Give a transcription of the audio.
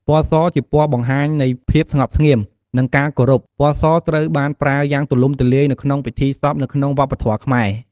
ពណ៌ស ជាពណ៌បង្ហាញនៃភាពស្ងប់ស្ងៀម និងការគោរព។ ពណ៌សត្រូវបានប្រើយ៉ាងទូលំទូលាយក្នុងពិធីសពនៅក្នុងវប្បធម៌ខ្មែរ។